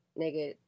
nigga